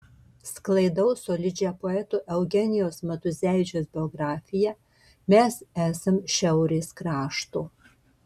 sklaidau solidžią poeto eugenijaus matuzevičiaus biografiją mes esam šiaurės krašto